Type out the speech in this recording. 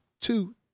two